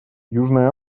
южная